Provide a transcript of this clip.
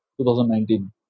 2019